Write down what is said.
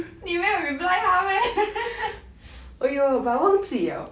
你没有 reply 他 meh